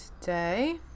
today